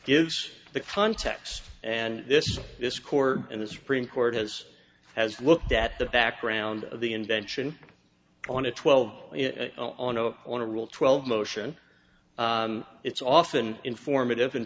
gives the context and this this court and the supreme court has has looked at the background of the invention on a twelve on a point to rule twelve motion it's often informative and